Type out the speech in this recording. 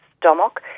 stomach